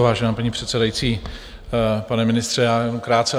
Vážená paní předsedající, pane ministře, já jenom krátce.